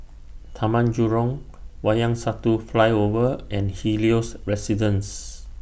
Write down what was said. Taman Jurong Wayang Satu Flyover and Helios Residences